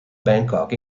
bangkok